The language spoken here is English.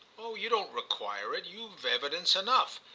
oh you don't require it you've evidence enough.